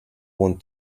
want